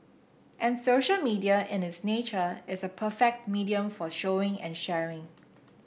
and social media in its nature is a perfect medium for showing and sharing